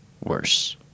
worse